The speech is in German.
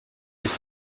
sich